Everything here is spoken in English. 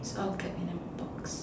all kept in a box